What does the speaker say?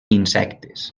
insectes